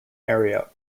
area